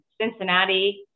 Cincinnati